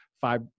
five